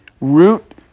Root